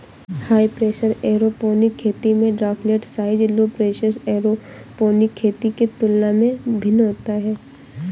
high pressure aeroponic खेती में droplet size low pressure aeroponic खेती के तुलना में भिन्न होता है